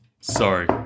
Sorry